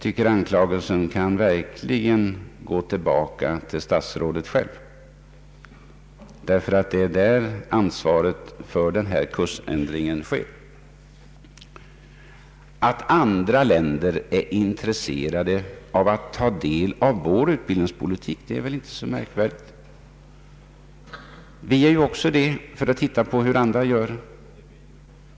Den anklagelsen kan verkligen gå tillbaka till statsrådet själv, därför att det är där ansvaret för kursändringen ligger. Att andra länder är intresserade av att ta del av vår utbildningspolitik är väl inte så märkvärdigt. Vi är ju också intresserade av att se hur andra gör.